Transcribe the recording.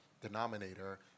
denominator